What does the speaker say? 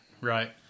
right